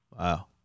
Wow